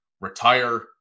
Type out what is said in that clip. retire